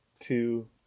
Two